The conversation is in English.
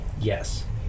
Yes